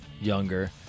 younger